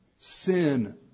sin